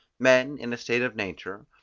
men, in a state of nature,